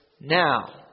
now